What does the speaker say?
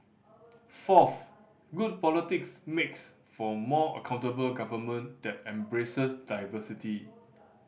fourth good politics makes for more accountable government that embraces diversity